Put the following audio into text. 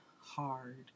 hard